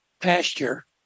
pasture